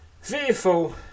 Fearful